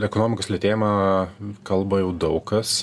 ekonomikos lėtėjimą kalba jau daug kas